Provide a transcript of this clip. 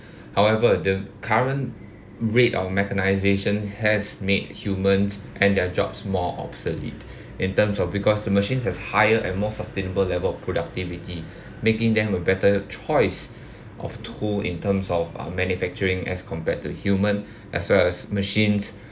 however the current rate of mechanization has made humans and their jobs more obsolete in terms of because the machines has higher and more sustainable level of productivity making them a better choice of tool in terms of our manufacturing as compared to human as well as machines